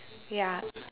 ya